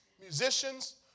musicians